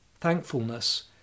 thankfulness